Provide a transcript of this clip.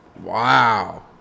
Wow